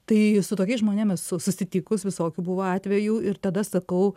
tai su tokiais žmonėm esu susitikus visokių buvo atvejų ir tada sakau